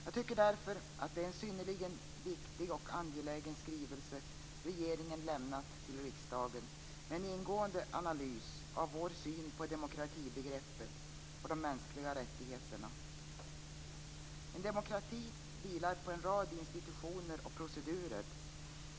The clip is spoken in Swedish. Jag tycker därför att det är en synnerligen viktig och angelägen skrivelse som regeringen överlämnat till riksdagen, med en ingående analys av vår syn på demokratibegreppet och de mänskliga rättigheterna. En demokrati vilar på en rad institutioner och procedurer.